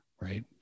right